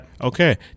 Okay